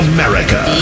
America